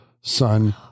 son